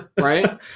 Right